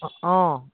অঁ